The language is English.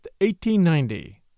1890